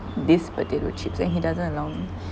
this potato chips and he doesn't allow me